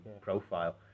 profile